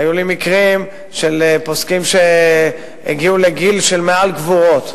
היו לי מקרים של פוסקים שהגיעו לגיל של מעל גבורות.